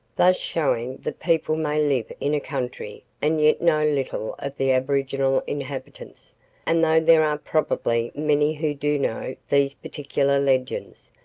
thus showing that people may live in a country and yet know little of the aboriginal inhabitants and though there are probably many who do know these particular legends,